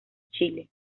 chile